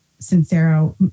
Sincero